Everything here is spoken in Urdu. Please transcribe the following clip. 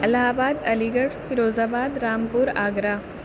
الہ آباد Aligarh Firozabad Rampur Agra